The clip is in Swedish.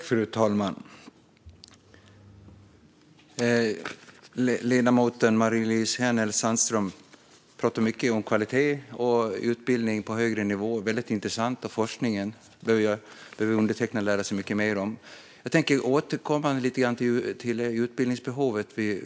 Fru talman! Ledamoten Marie-Louise Hänel Sandström pratar mycket om kvalitet och utbildning på högre nivå - väldigt intressant - likaså forskningen; detta behöver undertecknad lära sig mycket mer om. Jag tänker återkomma till utbildningsbehovet.